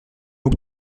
même